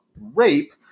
rape